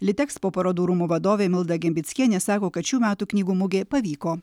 litekspo parodų rūmų vadovė milda gembickienė sako kad šių metų knygų mugė pavyko